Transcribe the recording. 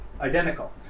identical